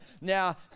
Now